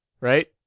Right